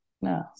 no